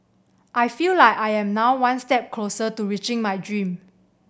I feel like I am now one step closer to reaching my dream